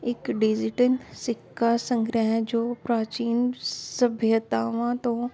ਇੱਕ ਡਿਜ਼ੀਟਿੰਗ ਸਿੱਕਾ ਸੰਗ੍ਰਹਿ ਜੋ ਪ੍ਰਾਚੀਨ ਸੱਭਿਅਤਾਵਾਂ ਤੋਂ